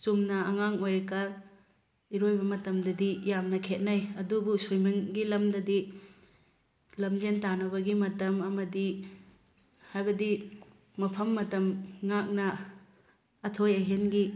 ꯆꯨꯝꯅ ꯑꯉꯥꯡ ꯑꯣꯏꯔꯤꯀꯥꯟ ꯏꯔꯣꯏꯕ ꯃꯇꯝꯗꯗꯤ ꯌꯥꯝꯅ ꯈꯦꯠꯅꯩ ꯑꯗꯨꯕꯨ ꯁ꯭ꯋꯤꯃꯤꯡꯒꯤ ꯂꯝꯗꯗꯤ ꯂꯝꯖꯦꯟ ꯇꯥꯟꯅꯕꯒꯤ ꯃꯇꯝ ꯑꯃꯗꯤ ꯍꯥꯏꯕꯗꯤ ꯃꯐꯝ ꯃꯇꯝ ꯉꯥꯛꯅ ꯑꯊꯣꯏ ꯑꯍꯦꯟꯒꯤ